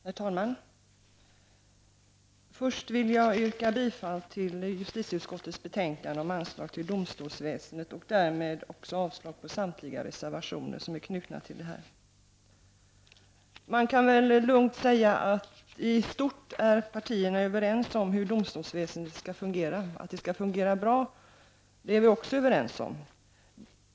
Herr talman! Först vill jag yrka bifall till justitieutskottets hemställan i betänkandet om anslag till domstolsväsendet och därmed också yrka avslag på samtliga reservationer. Man kan väl lugnt säga att i stort är partierna överens om hur domstolsväsendet skall fungera. Vi är också överens om att det skall fungera bra.